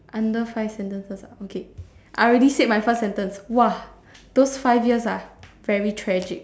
under five sentences ah okay I already said my first sentence !wah! those five years ah very tragic